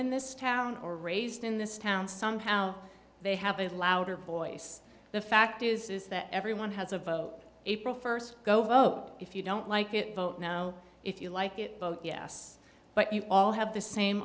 in this town or raised in this town somehow they have a louder voice the fact is is that everyone has a vote april first go vote if you don't like it vote now if you like it vote yes but you all have the same